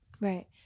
Right